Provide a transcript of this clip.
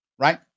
right